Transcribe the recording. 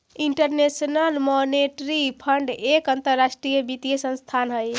international monetary fund एक अंतरराष्ट्रीय वित्तीय संस्थान हई